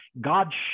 God